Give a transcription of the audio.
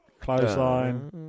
Clothesline